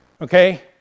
Okay